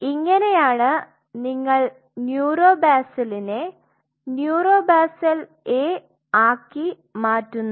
ഇങ്ങനെയാണ് നിങ്ങൾ ന്യൂറോ ബാസലിനെ ന്യൂറോ ബാസൽ A ആക്കി മാറ്റുന്നത്